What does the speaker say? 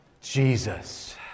jesus